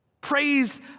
Praise